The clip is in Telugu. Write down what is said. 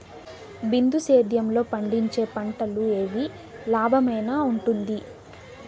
బిందు సేద్యము లో పండించే పంటలు ఏవి లాభమేనా వుంటుంది?